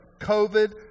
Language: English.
COVID